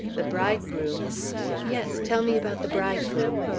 the bridegroom yes, tell me about the bridegroom.